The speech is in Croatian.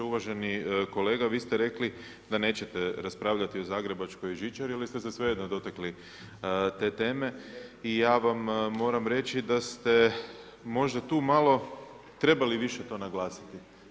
Uvaženi kolega, vi ste rekli da nećete raspravljati o zagrebačkoj žičari ili ste svejedno dotakli te teme i ja vam moram reći da ste tu možda malo trebali više to naglasiti.